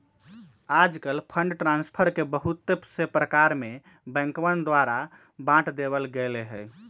आजकल fund transfer के बहुत से प्रकार में बैंकवन द्वारा बांट देवल गैले है